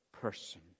person